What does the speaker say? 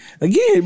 Again